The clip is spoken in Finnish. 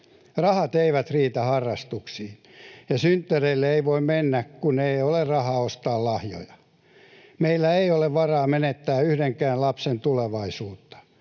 Rahat eivät riitä harrastuksiin, ja synttäreille ei voi mennä, kun ei ole rahaa ostaa lahjoja. Meillä ei ole varaa menettää yhdenkään lapsen tulevaisuutta.